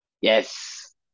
yes